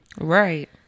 Right